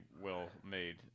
well-made